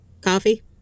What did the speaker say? Coffee